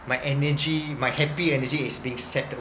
my energy my happy energy is being sapped